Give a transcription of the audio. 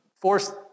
force